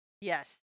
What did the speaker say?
yes